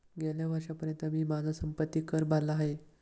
गेल्या वर्षीपर्यंत मी माझा संपत्ति कर भरला आहे